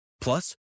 Plus